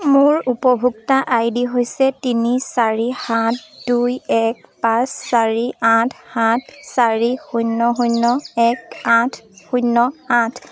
মোৰ উপভোক্তা I D হৈছে তিনি চাৰি সাত দুই এক পাঁচ চাৰি আঠ সাত চাৰি শূন্য শূন্য এক আঠ শূন্য আঠ